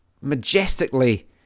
majestically